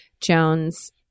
Jones